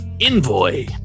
envoy